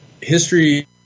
History